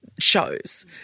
shows